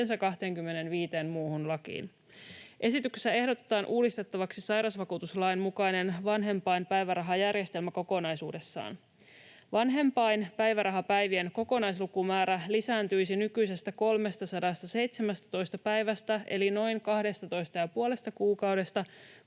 yhteensä 25 muuhun lakiin. Esityksessä ehdotetaan uudistettavaksi sairausvakuutuslain mukainen vanhempainpäivärahajärjestelmä kokonaisuudessaan. Vanhempainpäivärahapäivien kokonaislukumäärä lisääntyisi nykyisestä 317 päivästä eli noin 12,5 kuukaudesta